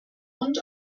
und